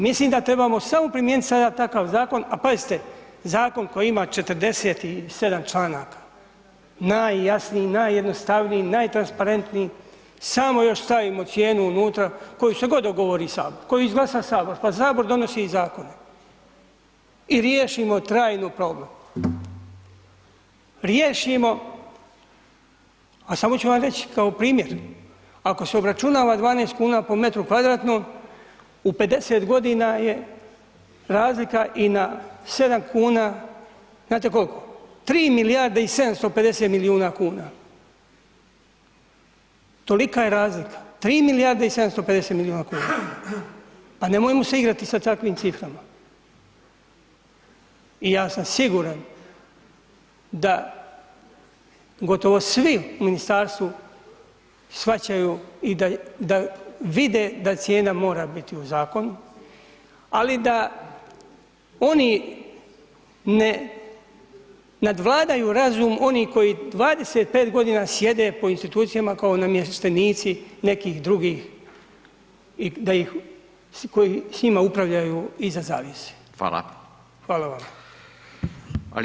Mislim da trebamo samo primijenit sada takav zakon, a pazite, zakon koji ima 47. članaka, najjasniji, najjednostavniji, najtransparentniji, samo još stavimo cijenu unutra koju se god dogovori Sabor, koju izglasa Sabor, pa Sabor donosi i zakone i riješimo trajno problem, riješimo, a samo ću vam reći kao primjer, ako se obračunava 12,00 kn po m2, u 50.g. je razlika i na 7,00 kn, znate kolko, 3 milijarde i 750 milijuna kuna, tolika je razlika, 3 milijarde i 750 milijuna kuna, pa nemojmo se igrati sa takvim ciframa i ja sam siguran da gotovo svi u ministarstvu shvaćaju i da, da vide da cijena mora biti u zakonu, ali da oni ne nadvladaju razum onih koji 25.g. sjede po institucijama kao namještenici nekih drugih i da ih, koji s njima upravljaju iza zavjese [[Upadica: Fala]] Hvala vama.